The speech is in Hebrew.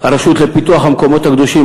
הרשות לפיתוח המקומות הקדושים,